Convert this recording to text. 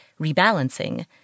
rebalancing